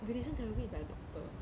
radiation therapy is like a doctor